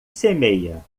semeia